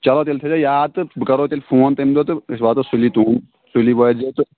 چلو تیٚلہِ تھٲیزیو یاد تہٕ بہٕ کَرو تیٚلہِ فون تَمہِ دۄہ تہٕ أسۍ واتو سُلی سُلی وٲتۍزیو تہٕ